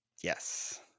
Yes